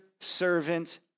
servant